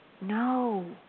no